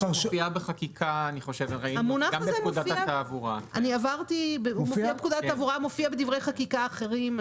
הוא מופיע בפקודת התעבורה ובדברי חקיקה אחרים.